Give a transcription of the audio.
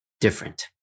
different